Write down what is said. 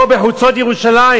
פה, בחוצות ירושלים.